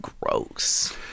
gross